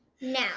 Now